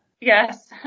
Yes